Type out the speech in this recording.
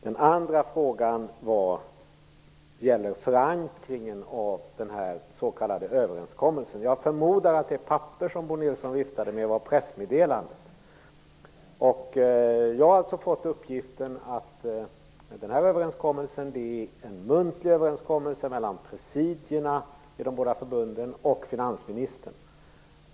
Den andra frågan gäller förankringen av den s.k. överenskommelsen. Jag förmodar att det papper som Bo Nilsson viftade med var pressmeddelandet. Jag har fått uppgiften att det här är en muntlig överenskommelse mellan presidierna i de båda förbunden och finansministern.